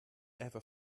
ever